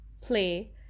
play